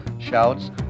shouts